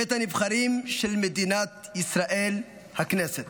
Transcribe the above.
בית הנבחרים של מדינת ישראל, הכנסת.